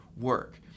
work